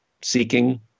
seeking